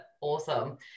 Awesome